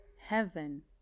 heaven